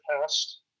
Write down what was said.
past